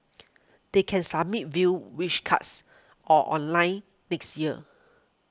they can submit via Wish Cards or online next year